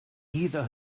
either